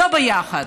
לא ביחד.